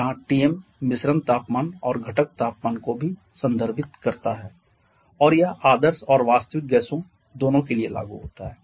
जहां Tm मिश्रण तापमान और घटक तापमान को भी संदर्भित करता है और यह आदर्श और वास्तविक गैसों दोनों के लिए लागू होता है